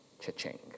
cha-ching